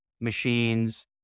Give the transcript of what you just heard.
machines